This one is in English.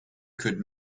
could